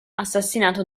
assassinato